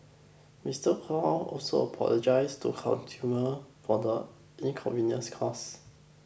Mister Kong also apologised to consumer for the inconvenience caused